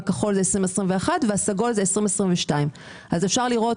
הכחול הוא 2021 והסגול הוא 2022. אפשר לראות